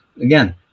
again